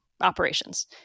operations